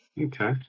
Okay